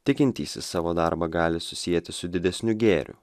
tikintysis savo darbą gali susieti su didesniu gėriu